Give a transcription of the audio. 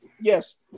Yes